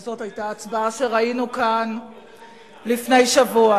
וזאת היתה ההצבעה שראינו כאן לפני שבוע,